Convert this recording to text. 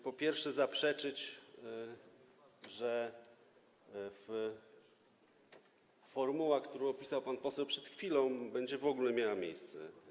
Po pierwsze chciałem zaprzeczyć, że formuła, którą opisał pan poseł przed chwilą, będzie w ogóle miała miejsce.